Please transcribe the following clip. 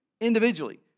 individually